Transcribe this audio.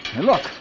Look